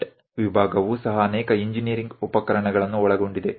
cut ವಿಭಾಗವು ಸಹ ಅನೇಕ ಇಂಜಿನೀರಿಂಗ್ ಉಪಕರಣಗಳನ್ನು ಒಳಗೊಂಡಿದೆ